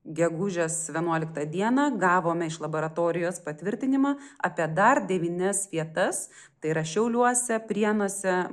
gegužės vienuoliktą dieną gavome iš laboratorijos patvirtinimą apie dar devynias vietas tai yra šiauliuose prienuose